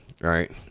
Right